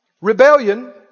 Rebellion